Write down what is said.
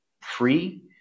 free